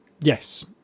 yes